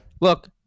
Look